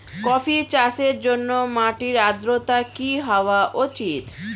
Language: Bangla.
কফি চাষের জন্য মাটির আর্দ্রতা কি হওয়া উচিৎ?